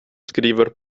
skriver